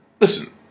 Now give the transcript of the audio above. listen